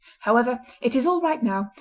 however, it is all right now,